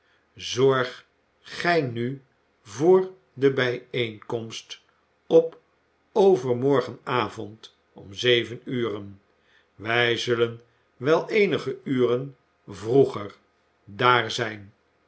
zorg gij nu voor de bijeenkomst op overmorgenavond om zeven ure wij zullen wel eenige uren vroeger daar zijn